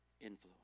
influence